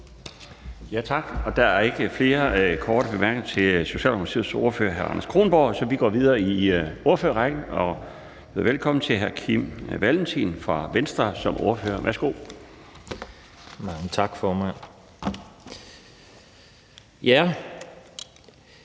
Tak. Der er ikke flere korte bemærkninger til Socialdemokratiets ordfører, hr. Anders Kronborg, så vi går videre i ordførerrækken og byder velkommen til hr. Kim Valentin fra Venstre som ordfører. Værsgo. Kl.